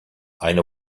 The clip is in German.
eine